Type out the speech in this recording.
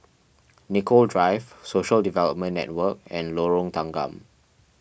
Nicoll Drive Social Development Network and Lorong Tanggam